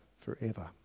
forever